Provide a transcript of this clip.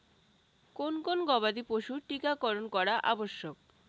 কোন কোন গবাদি পশুর টীকা করন করা আবশ্যক?